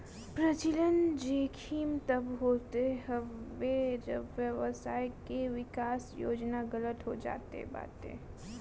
परिचलन जोखिम तब होत हवे जब व्यवसाय के विकास योजना गलत हो जात बाटे